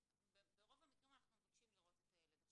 ברוב המקרים אנחנו מבקשים לראות את הילד.